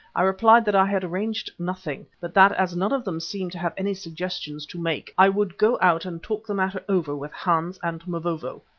i replied that i had arranged nothing, but that as none of them seemed to have any suggestions to make, i would go out and talk the matter over with hans and mavovo,